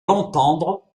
l’entendre